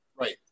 Right